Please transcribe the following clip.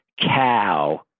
cow